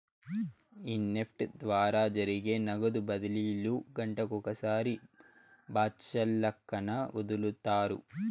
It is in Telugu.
ఈ నెఫ్ట్ ద్వారా జరిగే నగదు బదిలీలు గంటకొకసారి బాచల్లక్కన ఒదులుతారు